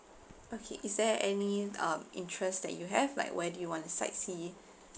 okay is there any um interest that you have like where do you want to sightsee